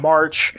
March